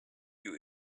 you